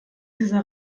dieser